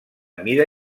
mida